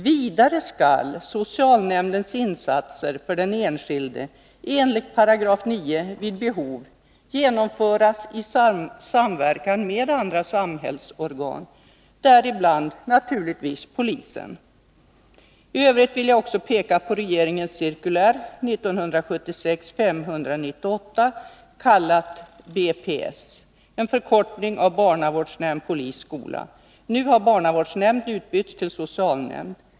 Vidare skall socialnämndens insatser för den enskilde enligt 9 § vid behov genomföras i samverkan med andra samhällsorgan, däribland naturligtvis polisen. IT övrigt vill jag också peka på regeringens cirkulär 1976:598 kallat BPS, en förkortning av barnavårdsnämnd, polis, skola — nu har barnavårdsnämnd utbytts mot socialnämnd.